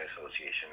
association